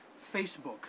Facebook